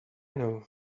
know